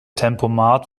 tempomat